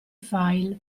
file